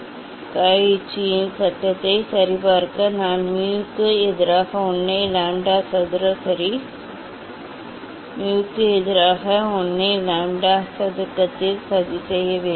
மேலும் க uch ச்சியின் சட்டத்தை சரிபார்க்க நான் mu க்கு எதிராக 1 ஐ லாம்ப்டா சதுர சரி mu க்கு எதிராக 1 ஐ லாம்ப்டா சதுக்கத்தில் சதி செய்ய வேண்டும்